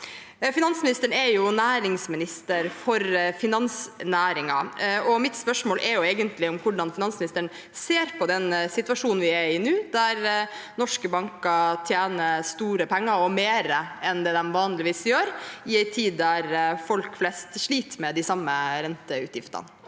Finansministeren er næringsminister for finansnæringen, og mitt spørsmål er hvordan finansministeren ser på den situasjonen vi er i nå, der norske banker tjener store penger og mer enn det de vanligvis gjør, i en tid da folk flest sliter med de samme renteutgiftene.